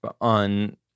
on